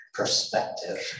perspective